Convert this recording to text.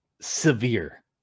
severe